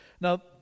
Now